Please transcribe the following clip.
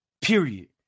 Period